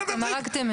בלי להקריא.